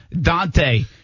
Dante